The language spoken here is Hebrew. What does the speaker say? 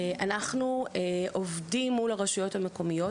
אנחנו עובדים מול הרשויות המקומיות,